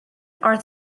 are